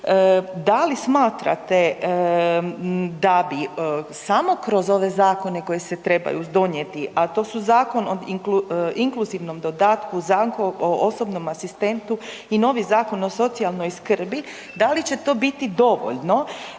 da li smatrate da bi samo kroz ove zakone koji se trebaju donijeti a to su Zakon o inkluzivnom dodatku osobnom asistentu i novi Zakon o socijalnoj skrbi, da li će to biti dovoljno